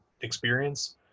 experience